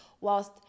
whilst